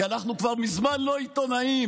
כי אנחנו כבר מזמן לא עיתונאים,